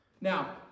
Now